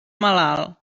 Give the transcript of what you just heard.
malalt